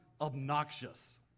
obnoxious